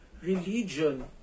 religion